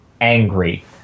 angry